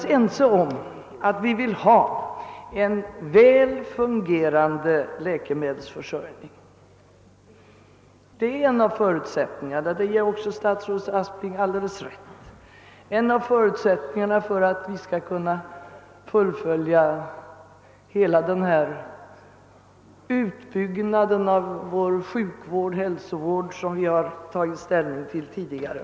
Jag tror emellertid att vi alla vill ha en väl fungerande läkemedelsförsörjning. Jag ger statsrådet Aspling alldeles rätt i att detta är en av förutsättningarna för att vi skall kunna fullfölja den utbyggnad av vår sjukvård och hälsovård som vi har tagit ställning till tidigare.